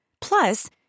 Plus